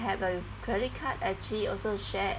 I have a credit card actually also shared